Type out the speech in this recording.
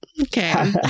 Okay